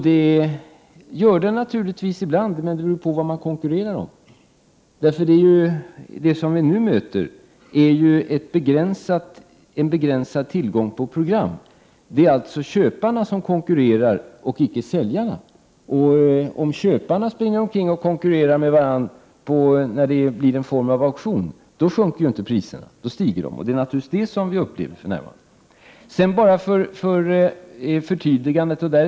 Det gör den naturligtvis ibland, men det beror på vad man konkurrerar om. Det vi nu möter är ju en begränsad tillgång på program. Det är alltså köparna som konkurrerar och inte säljarna. Om köparna konkurrerar med varandra i en form av auktion, sjunker ju inte priserna utan stiger. Detta upplever vi naturligtvis för närvarande.